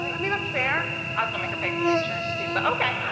i mean, that's fair. i was gonna make her pay for the insurance too, but okay.